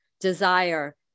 Desire